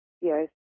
Yes